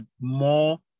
more